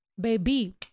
baby